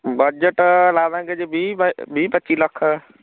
budget ਲਾ ਦਾਂਗੇ ਜੀ ਵੀਹ ਬਾ ਵੀਹ ਪੱਚੀ ਲੱਖ